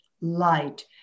Light